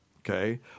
Okay